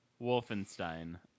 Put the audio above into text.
Wolfenstein